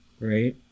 Right